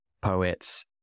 poets